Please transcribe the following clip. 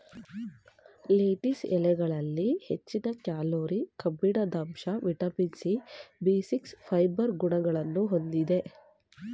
lettuce ಎಲೆಗಳಲ್ಲಿ ಹೆಚ್ಚಿನ calorie, ಕಬ್ಬಿಣದಂಶ, vitamin C, B six, fibre ಗುಣಗಳನ್ನು ಹೊಂದಿದೆ